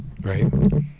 Right